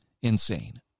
insane